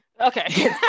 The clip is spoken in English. Okay